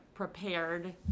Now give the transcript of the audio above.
Prepared